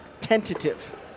tentative